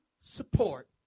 support